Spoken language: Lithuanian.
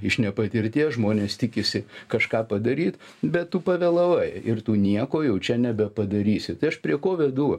iš nepatirties žmonės tikisi kažką padaryt bet tu pavėlavai ir tu nieko jau čia nebepadarysi tai aš prie ko vedu